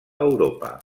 europa